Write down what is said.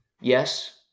Yes